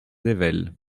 ayvelles